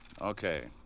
Okay